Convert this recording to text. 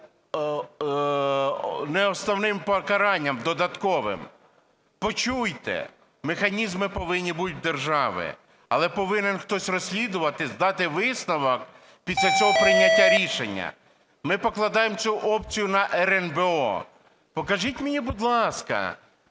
неосновним покаранням додатковим. Почуйте. Механізми повинні бути в державі. Але повинен хтось розслідувати, дати висновок, після цього прийняття рішення. Ми покладаємо цю опцію на РНБО. Покажіть мені, будь ласка,